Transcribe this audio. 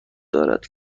دارد